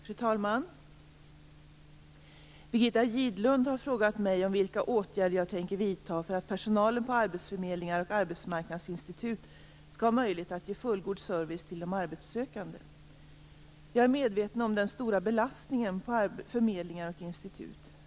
Fru talman! Birgitta Gidblom har frågat mig vilka åtgärder jag tänker vidta för att personalen på arbetsförmedlingar och arbetsmarknadsinstitut skall ha möjlighet att ge fullgod service till de arbetssökande. Jag är medveten om den stora belastningen på förmedlingar och institut.